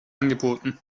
angeboten